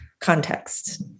context